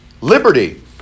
Liberty